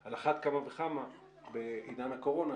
על אחת כמה וכמה בעידן הקורונה,